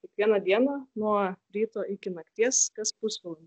kiekvieną dieną nuo ryto iki nakties kas pusvalandį